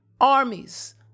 armies